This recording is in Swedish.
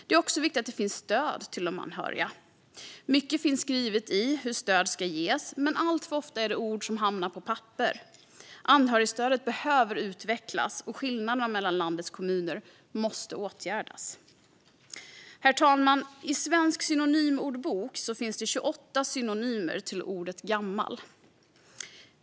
Det är också viktigt att det finns stöd för de anhöriga. Mycket finns skrivet om hur stöd kan ges, men alltför ofta är det bara ord som hamnar på papper. Anhörigstödet behöver utvecklas, och skillnaderna mellan landets kommuner måste åtgärdas. Herr talman! I Svensk synonymordbok finns det 28 synonymer till ordet "gammal".